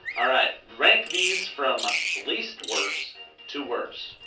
all right, rank these from least worst to worst.